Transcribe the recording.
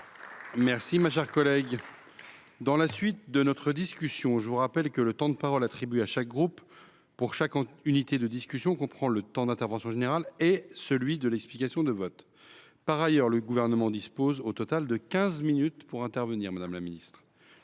Mes chers collègues, je vous rappelle que le temps de parole attribué à chaque groupe pour chaque unité de discussion comprend le temps d’intervention générale et celui de l’explication de vote. Par ailleurs, le Gouvernement dispose au total de quinze minutes pour intervenir. Dans la suite